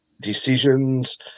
decisions